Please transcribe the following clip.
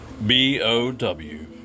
B-O-W